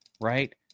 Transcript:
right